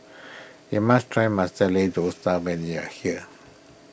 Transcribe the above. you must try Masala Dosa when you are here